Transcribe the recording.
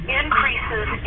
increases